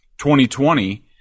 2020